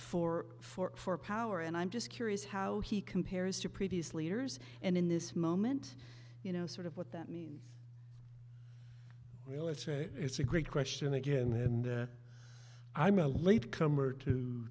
for for for power and i'm just curious how he compares to previous leaders and in this moment you know sort of what that means well it's a it's a great question again and i'm a late comer to